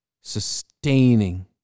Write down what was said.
sustaining